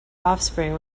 offspring